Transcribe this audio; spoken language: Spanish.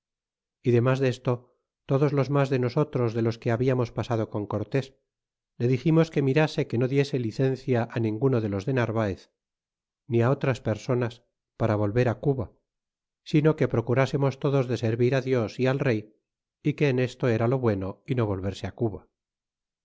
y de mas desto todos los mas de nosotros de los que hablamos pasado con cortés le diximos que mirase que no diese licencia á ninguno de los de narvaez ni á otras personas para volver á cuba sino que procurásemos to dos de servir á dios é al rey é que esto era lo bueno y no volvene á cuba